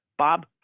Bob